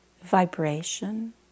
vibration